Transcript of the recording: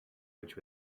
which